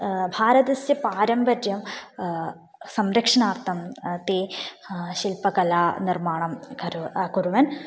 भारतस्य पारम्पर्यं संरक्षणार्थं ते शिल्पकलानिर्माणं करु अकुर्वन्